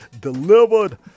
delivered